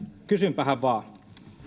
kysynpähän vaan